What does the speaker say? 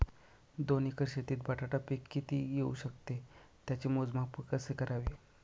दोन एकर शेतीत बटाटा पीक किती येवू शकते? त्याचे मोजमाप कसे करावे?